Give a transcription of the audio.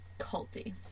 culty